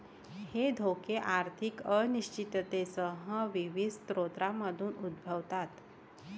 हे धोके आर्थिक अनिश्चिततेसह विविध स्रोतांमधून उद्भवतात